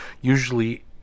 usually